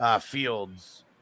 Fields